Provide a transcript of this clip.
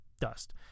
dust